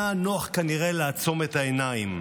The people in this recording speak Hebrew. היה נוח כנראה לעצום את העיניים.